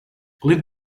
lift